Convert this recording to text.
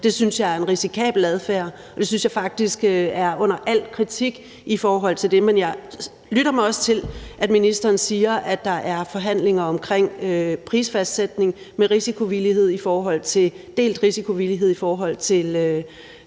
Det synes jeg er en risikabel adfærd. Det synes jeg faktisk er under al kritik i forhold til det. Men jeg lytter mig også til, at ministeren siger, at der er forhandlinger omkring prisfastsættelse med delt risikovillighed i forhold til